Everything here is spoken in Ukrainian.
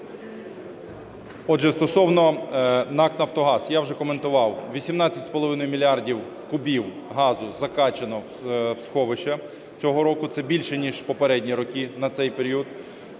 Отже, стосовно НАК "Нафтогаз". Я вже коментував: 18,5 мільярда кубів газу закачано в сховища цього року, це більше ніж в попередні роки на цей період.